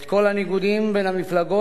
את כל הניגודים בין המפלגות,